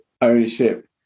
ownership